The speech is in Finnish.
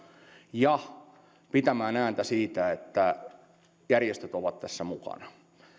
ja pitämään ääntä siitä että järjestöt ovat tässä mukana